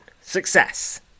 success